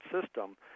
system